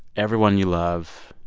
everyone you love,